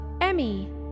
Emmy